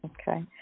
Okay